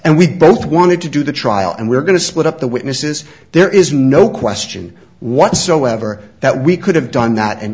and we both wanted to do the trial and we are going to split up the witnesses there is no question whatsoever that we could have done that and